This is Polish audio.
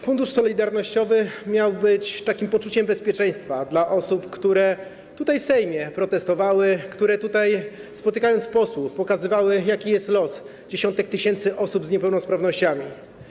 Fundusz solidarnościowy miał być takim gwarantem poczucia bezpieczeństwa dla osób, które tutaj, w Sejmie, protestowały, które tutaj, spotykając posłów, pokazywały, jaki jest los dziesiątek tysięcy osób z niepełnosprawnościami.